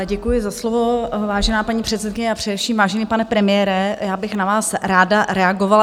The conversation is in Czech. Děkuji za slovo, vážená paní předsedkyně a především vážený pane premiére, já bych na vás ráda reagovala.